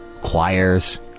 choirs